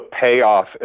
payoff